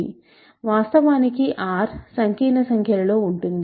వాస్తవానికి R సంకీర్ణ సంఖ్యలలో ఉంటుంది